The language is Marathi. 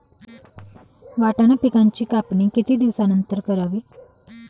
वाटाणा पिकांची कापणी किती दिवसानंतर करावी?